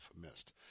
missed